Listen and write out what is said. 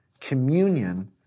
communion